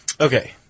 Okay